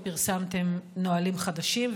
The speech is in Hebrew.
פרסמתם נהלים חדשים,